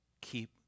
Keep